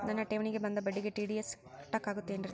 ನನ್ನ ಠೇವಣಿಗೆ ಬಂದ ಬಡ್ಡಿಗೆ ಟಿ.ಡಿ.ಎಸ್ ಕಟ್ಟಾಗುತ್ತೇನ್ರೇ?